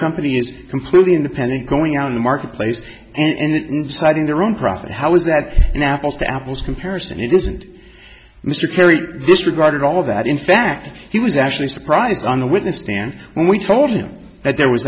company is completely independent going out in the marketplace and deciding their own profit how is that an apples to apples comparison it isn't mr carey disregarded all that in fact he was actually surprised on the witness stand when we told him that there was